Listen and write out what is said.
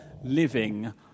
living